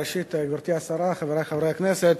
תודה, ראשית, גברתי השרה, חברי חברי הכנסת,